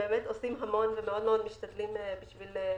עושים המון ומאוד מאוד משתדלים בשבילם,